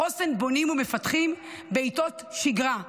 חוסן בונים ומפתחים בעתות שגרה,